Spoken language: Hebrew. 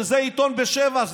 שזה עיתון בשבע,